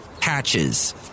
Patches